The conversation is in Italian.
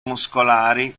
muscolari